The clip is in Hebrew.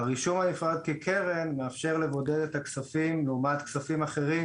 הרישום הנפרד כקרן מאפשר לבודד את הכספים לעומת כספים אחרים